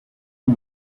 you